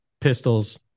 pistols